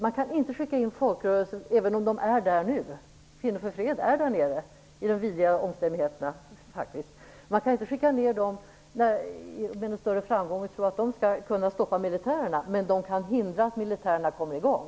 Man kan inte skicka in folkrörelserna nu, även om de är där nu. Kvinnor för fred är där nere i de vidriga omständigheterna. Man kan inte skicka ned dem med någon större framgång och tro att de skall kunna stoppa militärerna. Men de kan hindra att militärerna kommer i gång.